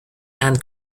and